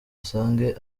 asange